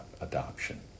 adoption